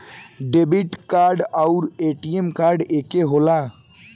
Debit card आउर ATM card एके होखेला?